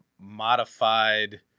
modified